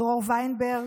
דרור ויינברג,